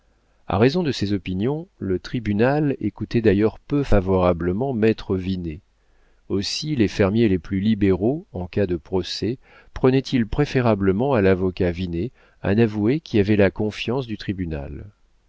a raison de ses opinions le tribunal écoutait d'ailleurs peu favorablement maître vinet aussi les fermiers les plus libéraux en cas de procès prenaient-ils préférablement à l'avocat vinet un avoué qui avait la confiance du tribunal